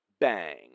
bang